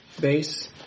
base